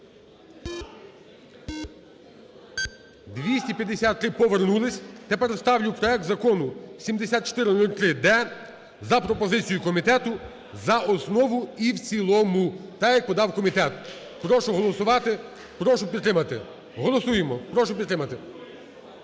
253. Повернулись. Тепер ставлю проект Закону 7403-д за пропозицією комітету за основу і в цілому – так, як подав комітет. Прошу голосувати, прошу підтримати. Голосуємо. Прошу підтримати.